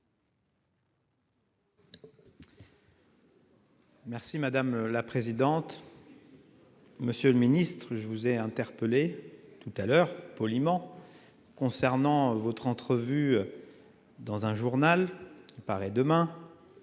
Merci madame la présidente. Monsieur le Ministre, je vous ai interpellé tout à l'heure poliment. Concernant votre entrevue. Dans un journal qui paraît demain.